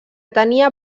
tenia